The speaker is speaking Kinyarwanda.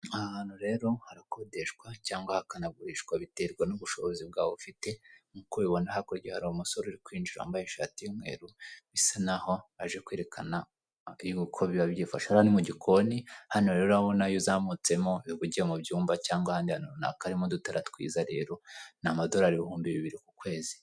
Aha hantu rero harakodeshwa cyangwa hakanagurishwa biterwa n'ubushobozi bwawe ufite. Nk'ubibona hakurya hari umusore uri kwinjira wambaye ishati y'umweru bisa naho aje kwerekana uko biba byifasha. Hariya ni mu gikoni hano rero urabona iyo uzamutsemo uba ugiye mu byumba cyangwa ahandi runaka haririmo udutara twiza. Rero ni amadorari ibihumbi bibiri ku kwezi